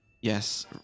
Yes